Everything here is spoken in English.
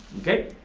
okay?